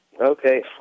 Okay